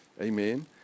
Amen